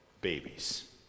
babies